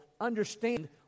understand